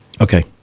Okay